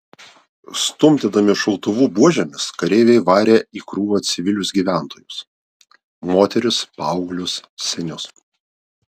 stumdydami šautuvų buožėmis kareiviai varė į krūvą civilius gyventojus moteris paauglius senius